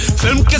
film